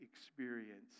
experience